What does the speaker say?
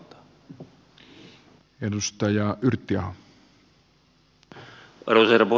arvoisa herra puhemies